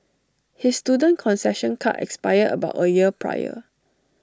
his student concession card expired about A year prior